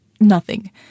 Nothing